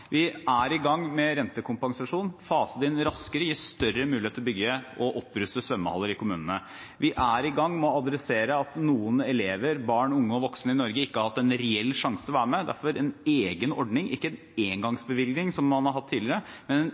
Vi er i gang med rentekompensasjon, fase den inn raskere og gi større muligheter for å bygge og oppruste svømmehaller i kommunene. Vi er i gang med å ta tak i at noen elever, både barn, unge og voksne i Norge, ikke har hatt en reell sjanse til å være med. Derfor har vi en egen ordning – ikke en engangsbevilgning, som man har hatt tidligere, men en